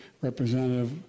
Representative